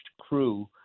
crew